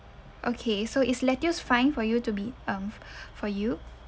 okay so is lettuce fine for you to be um for you